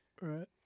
right